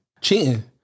Cheating